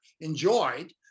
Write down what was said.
enjoyed